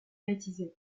baptisée